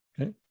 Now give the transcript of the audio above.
Okay